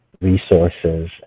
resources